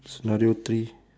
scenario three